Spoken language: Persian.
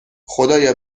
خدایا